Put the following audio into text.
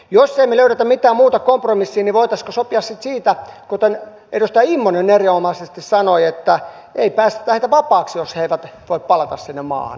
jos me emme löydä mitään muuta kompromissia niin voitaisiinko sopia sitten siitä kuten edustaja immonen erinomaisesti sanoi että ei päästetä heitä vapaaksi jos he eivät voi palata sinne maahan